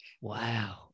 Wow